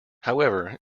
however